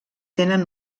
tenen